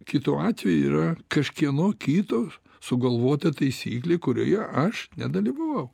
kitu atveju yra kažkieno kito sugalvota taisyklė kurioje aš nedalyvavau